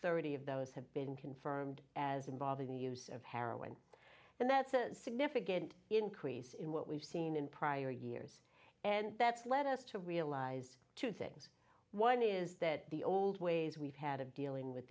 thirty of those have been confirmed as involving the use of heroin and that's a significant increase in what we've seen in prior years and that's led us to realize two things one is that the old ways we've had of dealing with